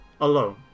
alone